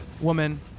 woman